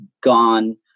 gone